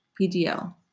PDL